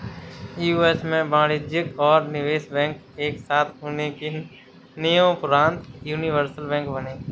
US में वाणिज्यिक और निवेश बैंक एक साथ होने के नियम़ोंपरान्त यूनिवर्सल बैंक बने